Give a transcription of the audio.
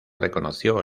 reconoció